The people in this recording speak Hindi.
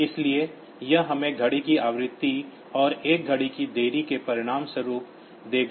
इसलिए यह हमें घड़ी की आवृत्ति और 1 घड़ी की देरी के परिणामस्वरूप देगा